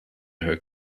her